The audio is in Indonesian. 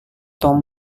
tom